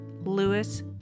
Lewis